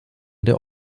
der